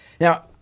Now